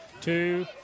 Two